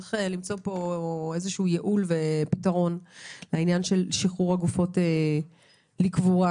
צריך למצוא פה ייעול ופתרון לעניין שחרור הגופות לקבורה.